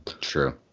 True